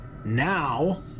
Now